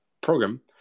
program